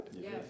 yes